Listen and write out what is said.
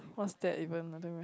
what's that even I don't reme~